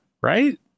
right